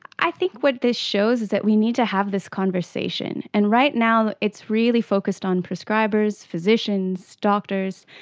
i think what this shows is that we need to have this conversation. and right now it's really focused on prescribers, physicians, doctors,